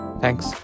Thanks